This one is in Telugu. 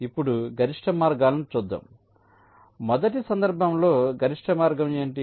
ఇప్పుడు గరిష్ట మార్గాలను చూద్దాం మొదటి సందర్భంలో గరిష్ట మార్గం ఏమిటి